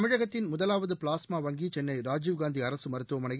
தமிழகத்தின் முதலாவது பிளாஸ்மா வங்கி கென்னை ராஜீவ்காந்தி அரசு மருத்துவமனையில்